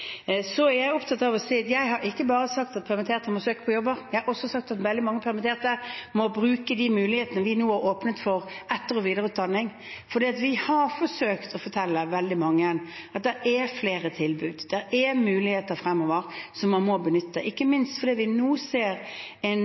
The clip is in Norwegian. Så er jeg opptatt av å si at jeg ikke bare har sagt at permitterte må søke på jobber, jeg har også sagt at veldig mange permitterte må bruke de mulighetene for etter- og videreutdanning vi nå har åpnet for. For vi har forsøkt å fortelle veldig mange at det er flere tilbud, det er muligheter fremover som man må benytte, ikke minst fordi vi nå ser en